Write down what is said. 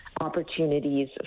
opportunities